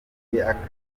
y’abatuye